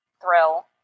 Thrill